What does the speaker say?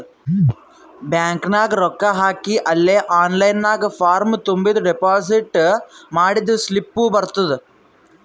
bank ನಾಗ್ ರೊಕ್ಕಾ ಹಾಕಿ ಅಲೇ ಆನ್ಲೈನ್ ನಾಗ್ ಫಾರ್ಮ್ ತುಂಬುರ್ ಡೆಪೋಸಿಟ್ ಮಾಡಿದ್ದು ಸ್ಲಿಪ್ನೂ ಬರ್ತುದ್